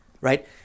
right